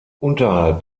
unterhalb